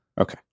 Okay